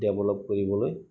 develop কৰিবলৈ